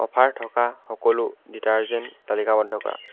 offer থকা সকলো detergent তালিকাবদ্ধ কৰা